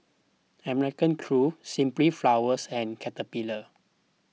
American Crew Simply Flowers and Caterpillar